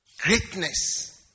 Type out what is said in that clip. Greatness